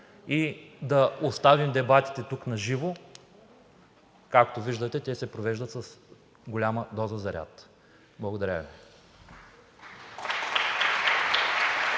и да оставим дебатите тук наживо. Както виждате те се провеждат с голяма доза заряд. Благодаря Ви.